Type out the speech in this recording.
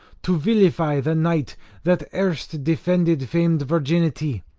to vilify the knight that erst defended famed virginity,